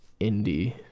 indie